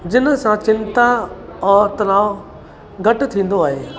जिन सां चिंता औरि तनाव घटि थींदो आहे